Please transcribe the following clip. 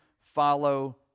follow